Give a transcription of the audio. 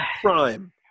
crime